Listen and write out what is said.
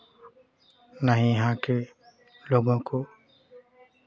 ना ही यहाँ के लोगों को